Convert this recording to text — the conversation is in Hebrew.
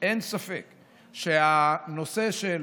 שהנושא של